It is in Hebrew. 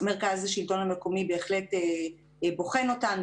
מרכז השלטון המקומי בהחלט בוחן אותן,